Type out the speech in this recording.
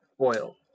oil